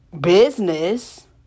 business